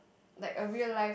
like a real life